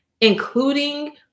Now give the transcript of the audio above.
including